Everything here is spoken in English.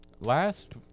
Last